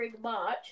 March